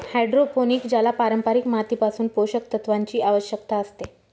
hydroponic ज्याला पारंपारिक मातीपासून पोषक तत्वांची आवश्यकता असते